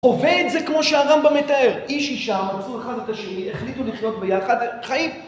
חווה את זה כמו שהרמב״ם מתאר, איש אישה, רצו אחד את השני, החליטו לחיות ביחד, חיים